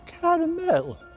caramel